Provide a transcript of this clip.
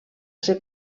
ser